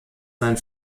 sein